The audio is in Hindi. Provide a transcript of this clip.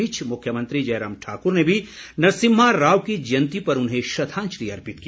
इस बीच मुख्यमंत्री जयराम ठाकुर ने भी नरसिम्हा राव की जयंती पर उन्हें श्रद्वांजलि अर्पित की